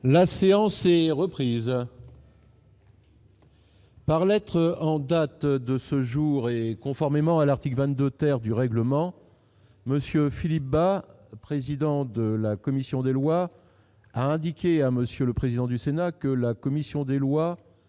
La séance est reprise. Par lettre en date de ce jour, et conformément à l'article 20 de terre du règlement, monsieur Philippe Bas, président de la commission des lois, a indiqué à monsieur le président du Sénat, que la commission des lois,